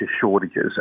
shortages